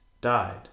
died